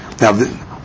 Now